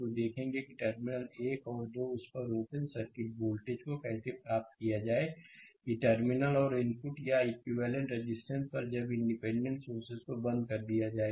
तो देखेंगे कि टर्मिनल 1 और 2 पर उस ओपन सर्किट वोल्टेज को कैसे प्राप्त किया जाए कि टर्मिनल और इनपुट या इक्विवेलेंट रेजिस्टेंस पर जब इंडिपेंडेंट सोर्सेस को बंद कर दिया जाए